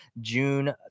June